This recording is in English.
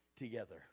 together